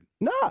No